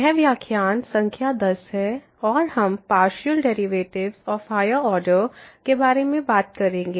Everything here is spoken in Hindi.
यह व्याख्यान संख्या 10 है और हम partial derivatives of higher order के बारे में बात करेंगे